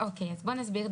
אז בוא נסביר.